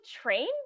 train